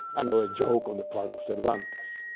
another joke on the part of cervantes.